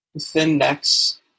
thin-necks